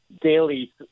daily